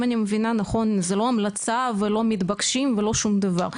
אם אני מבינה נכון זו לא המלצה ולא מתבקשים ולא שום דבר.